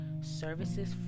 services